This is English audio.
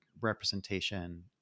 representation